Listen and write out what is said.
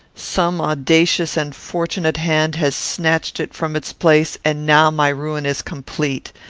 some audacious and fortunate hand has snatched it from its place, and now my ruin is complete.